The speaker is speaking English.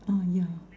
orh ya